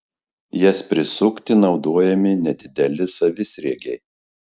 jas prisukti naudojami nedideli savisriegiai